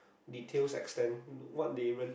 details expand what they rent